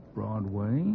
Broadway